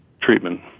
treatment